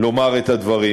לומר את הדברים.